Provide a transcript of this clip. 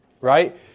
Right